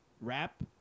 Rap